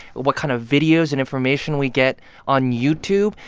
what kind of videos and information we get on youtube.